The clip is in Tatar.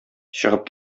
чыгып